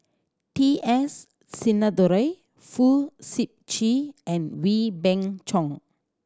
T S Sinnathuray Fong Sip Chee and Wee Beng Chong